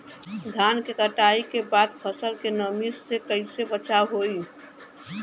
धान के कटाई के बाद फसल के नमी से कइसे बचाव होखि?